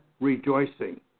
rejoicing